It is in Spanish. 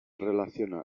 relaciona